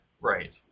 Right